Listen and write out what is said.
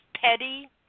petty